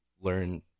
learn